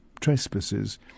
trespasses